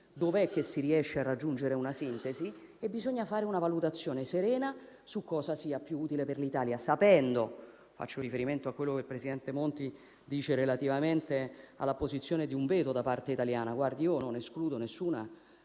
dove è che si riesce a raggiungere una sintesi e fare una valutazione serena su cosa sia più utile per l'Italia. Con riferimento a quello che il presidente Monti ha detto relativamente all'apposizione di un veto da parte italiana, io non escludo nessuna